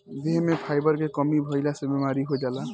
देह में फाइबर के कमी भइला से बीमारी हो जाला